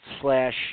slash